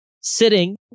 sitting